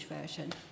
version